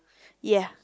ya